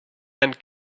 and